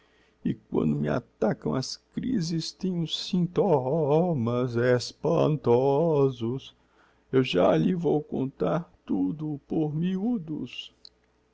e quando me atacam as crises tenho sin tó ó mas es espan tosos eu já lhe vou contar tudo por miudos